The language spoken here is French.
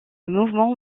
mouvement